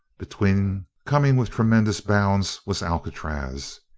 between, coming with tremendous bounds, was alcatraz.